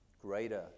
greater